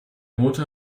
motor